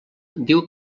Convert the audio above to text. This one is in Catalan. diu